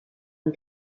and